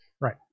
Right